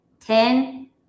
Ten